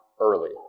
early